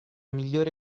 migliore